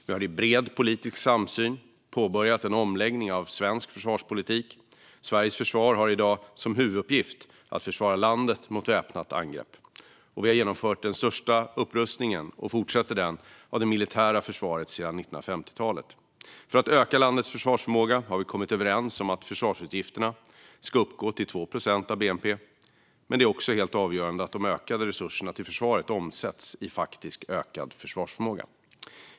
Vi har i bred politisk samsyn påbörjat en omläggning av svensk försvarspolitik. Sveriges försvar har i dag som huvuduppgift att försvara landet mot ett väpnat angrepp, och vi har genomfört den största upprustningen av det militära försvaret sedan 1950-talet och fortsätter den. För att öka landets försvarsförmåga har vi kommit överens om att försvarsutgifterna ska uppgå till 2 procent av bnp. Men det är också helt avgörande att de ökade resurserna till försvaret omsätts i faktisk ökad försvarsförmåga.